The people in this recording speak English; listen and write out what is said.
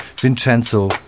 Vincenzo